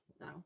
No